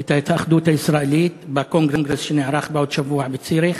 את ההתאחדות הישראלית בקונגרס שייערך בעוד שבוע בציריך.